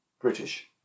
British